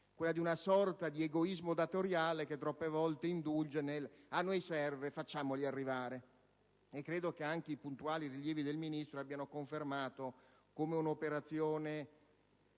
quella di una sorta di egoismo datoriale che troppe volte indulge nel: «A noi servono, facciamoli arrivare». Credo che anche i puntuali rilievi del Ministro abbiano confermato come un'operazione